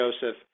Joseph